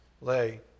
lay